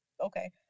okay